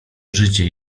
życie